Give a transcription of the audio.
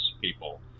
people